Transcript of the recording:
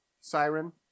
Siren